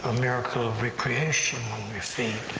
ah miracle of re-creation on your feet.